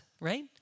right